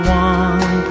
one